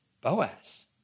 Boaz